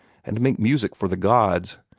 and make music for the gods,